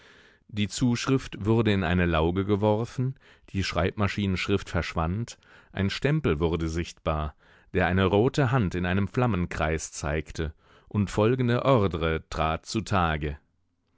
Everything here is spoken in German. die zuschrift wurde in eine lauge geworfen die schreibmaschinenschrift verschwand ein stempel wurde sichtbar der eine rote hand in einem flammenkreis zeigte und folgende ordre trat zutage